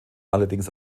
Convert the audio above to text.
allerdings